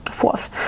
fourth